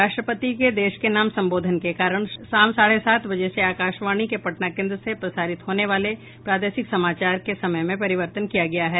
राष्ट्रपति के देश के नाम संबोधन के कारण शाम साढ़े सात बजे से आकाशवाणी के पटना केन्द्र से प्रसारित होने वाले प्रादेशिक समाचार के समय में परिवर्तन किया गया है